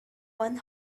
one